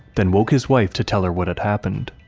then woke his wife to tell her what had happened.